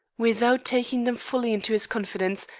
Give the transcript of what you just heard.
without taking them fully into his confidence,